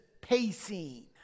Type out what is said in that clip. pacing